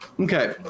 Okay